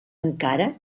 encara